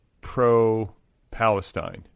pro-palestine